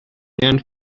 and